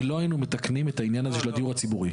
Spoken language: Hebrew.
ולא היינו מתקנים את העניין הזה של הדיור הציבורי.